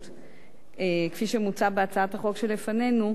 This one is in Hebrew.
כפי שמוצע בהצעת החוק שלפנינו,